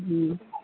ہوں